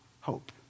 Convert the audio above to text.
hope